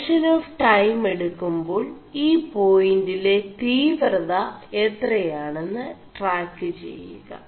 function of time എടു ുേ2ാൾ ഈ േപായിłെല തീ4വത എ4തയാെണM് 4ടാ ്െചgക